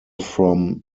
from